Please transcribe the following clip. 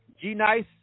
G-Nice